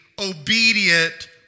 obedient